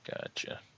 gotcha